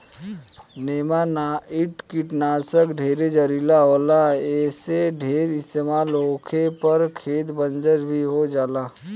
नेमानाइट कीटनाशक ढेरे जहरीला होला ऐसे ढेर इस्तमाल होखे पर खेत बंजर भी हो जाला